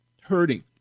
hurting